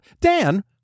dan